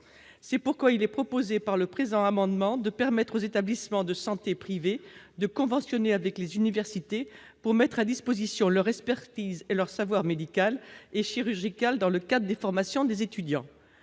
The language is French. C'est pourquoi il est proposé de permettre aux établissements de santé privés de conventionner avec les universités pour mettre à disposition leur expertise et leur savoir-faire médical et chirurgical dans le cadre des formations des étudiants.